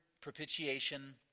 propitiation